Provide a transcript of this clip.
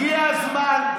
הגיע הזמן,